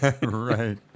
Right